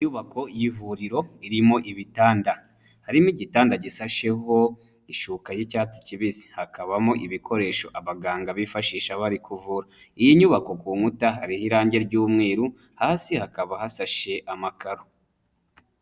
Inyubako y'ivuriro irimo ibitanda, harimo igitanda gisasheho ishuka y'icyatsi kibisi, hakabamo ibikoresho abaganga bifashisha bari kuvura, iyi nyubako ku nkuta hariho irange ry'umweru hasi hakaba hasashe amakaro.